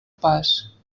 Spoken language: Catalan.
pas